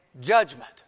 judgment